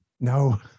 No